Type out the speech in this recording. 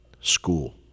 school